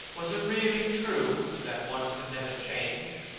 was it really true that one could never change?